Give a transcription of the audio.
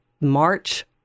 March